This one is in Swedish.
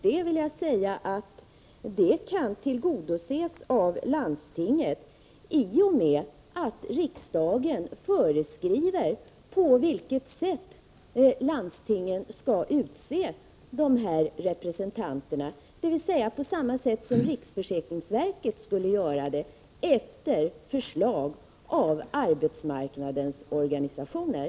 Detta kan emellertid tillgodoses av landstinget i och med att riksdagen föreskriver på vilket sätt landstingen skall utse dessa representanter, dvs. på samma sätt som riksförsäkringsverket skulle göra — efter förslag av arbetsmarknadens organisationer.